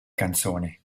canzoni